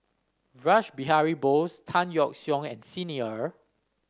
Rash Behari Bose Tan Yeok Seong and Xi Ni Er